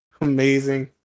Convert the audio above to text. Amazing